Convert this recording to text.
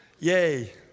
Yay